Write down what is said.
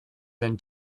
than